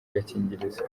agakingirizo